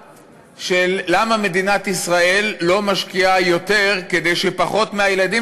למה מדינת ישראל לא משקיעה יותר כדי שפחות מהילדים